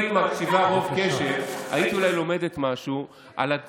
אם היית מקשיבה ברוב קשב היית אולי לומדת משהו על מה